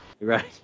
right